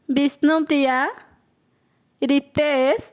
Bishnupriya Ritesh